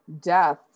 death